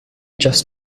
just